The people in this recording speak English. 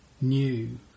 new